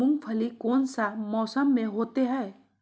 मूंगफली कौन सा मौसम में होते हैं?